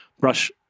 Brush